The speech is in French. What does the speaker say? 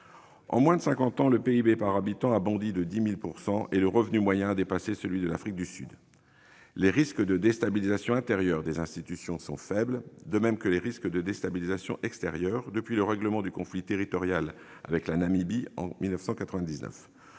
En moins de cinquante ans, le PIB par habitant a bondi de 10 000 % et le revenu moyen a dépassé celui de l'Afrique du Sud. Les risques de déstabilisation intérieure des institutions sont faibles, de même que ceux de déstabilisation extérieure, depuis le règlement du conflit territorial avec la Namibie en 1999.